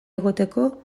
egoteko